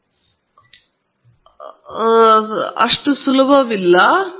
input x ಅಕ್ಷದಲ್ಲಿದೆ ಮತ್ತು ನೀವು ಕಥೆಯ ಎಡ ತುದಿಯಲ್ಲಿ ನೋಡಿದರೆ ನೇರ ರೇಖೆಯ ಸಮೀಕರಣದ ಸಮೀಕರಣವಾಗಿದೆ